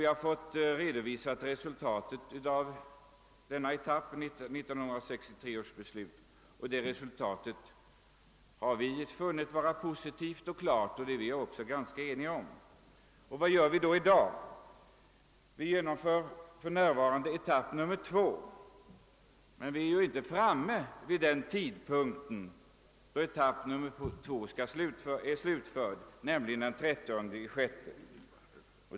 Vi har fått resultatet av denna etapp i 1963 års beslut redovisat, och det resultatet har vi funnit vara positivt, och det är vi också ganska eniga om. Vad gör vi då i dag? Vi genomför för närvarande etapp nr 2, men vi är ju inte framme vid den tidpunkt då etapp nr 2 är slutförd, nämligen den 30 juni.